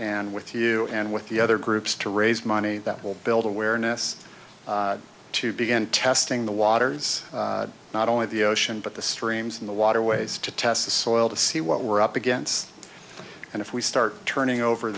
and with you and with the other groups to raise money that will build awareness to begin testing the waters not only the ocean but the streams in the waterways to test the soil to see what we're up against and if we start turning over